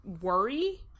worry